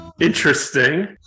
Interesting